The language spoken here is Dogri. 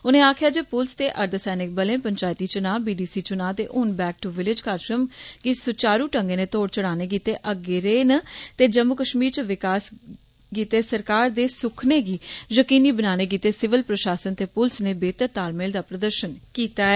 उनें आक्खेआ जे पुलस ते अर्धसैनिक बलें पंचायती चुनां बीडीसी चुनां ते हुन 'बैक दू विलेज' कारजक्रम गी सुचारू ढ़ंगै नै तोड़ चाढ़ने गित्तै अग्गै रेह् ते जम्मू कश्मीर च विकास गित्तै सरकार दे सुखने गी यकीनी बनाने गित्तै सिविल प्रशासन ते पुलस नै बेह्तर तालमेल दा प्रदर्शन कीता ऐ